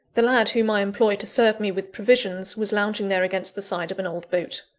the lad whom i employ to serve me with provisions, was lounging there against the side of an old boat.